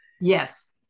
Yes